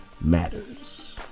matters